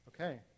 Okay